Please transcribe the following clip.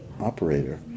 operator